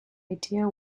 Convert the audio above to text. idea